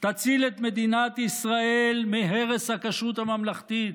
תציל את מדינת ישראל מהרס הכשרות הממלכתית,